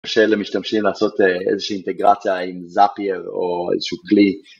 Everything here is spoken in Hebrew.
שאלה משתמשים לעשות איזושהי אינטגרציה עם זאפייר או איזשהו כלי.